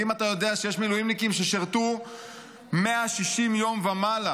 האם אתה יודע שיש מילואימניקים ששירתו 160 יום ומעלה?